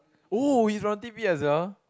oh he's from t_p as well